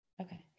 Okay